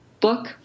book